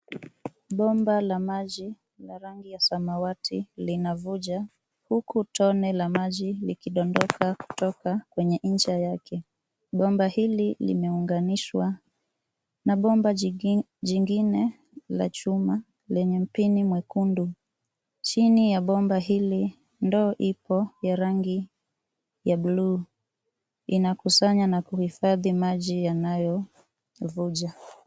Bomba la maji la rangi ya samawati linavuja huku tone la maji likidondoka kutoka kwenye ncha yake. Bomba hili limeunganishwa na bomba jingine la chuma lenye mpini mwekundu. Chini ya bomba hili, ndoo ipo ya rangi ya buluu, inakusanya na kuhifadhi maji yanayovuja.